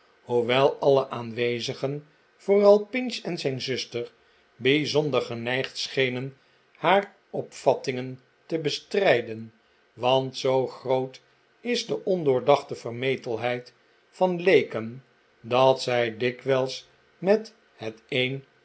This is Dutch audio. hoewel alle aanwezigen vooral pinch en zijn zuster bijzonder geneigd schenen haar opvattingen te bestrijden want zoo groot is de ondoordachte vermetelheid van leeken dat zij dikwijls met het een